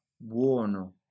buono